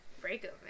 breakup